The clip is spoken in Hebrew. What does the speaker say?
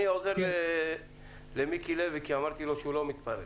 אני עוזר למיקי לוי כי אמרתי לו שהוא לא מתפרץ.